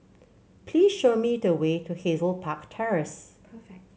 please show me the way to Hazel Park Terrace